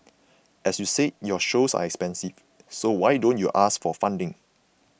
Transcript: as you said your shows are expensive so why don't you ask for funding